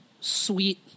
sweet